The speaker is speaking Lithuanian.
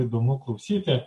įdomu klausyti